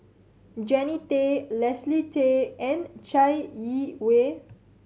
Jannie Tay Leslie Tay and Chai Yee Wei